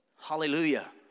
Hallelujah